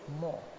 more